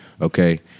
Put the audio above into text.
Okay